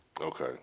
Okay